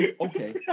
Okay